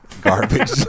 garbage